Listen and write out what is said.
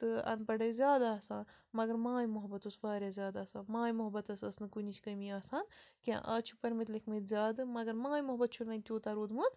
تہٕ اَنپَڑ ٲسۍ زیادٕ آسان مگر ماے محبت اوس واریاہ زیادٕ آسان ماے محبتَس ٲس نہٕ کُنِچھ کٔمی آسان کیٚنہہ آز چھِ پٔرۍ مٕتۍ لیٖکھمٕتۍ زیادٕ مگر ماے محبت چھُنہٕ وۄنۍ تیوٗتاہ روٗدٕمُت